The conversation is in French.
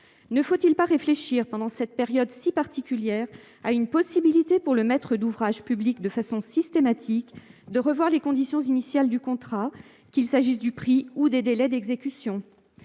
Ne faut-il pas réfléchir pendant cette période si particulière à la possibilité pour le maître d'ouvrage public, de façon systématique, de revoir les conditions initiales du contrat, qu'il s'agisse du prix ou des délais d'exécution ?